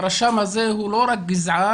הרשם הזה הוא לא רק גזען,